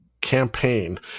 campaign